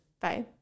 Bye